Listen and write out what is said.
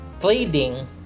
trading